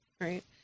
Right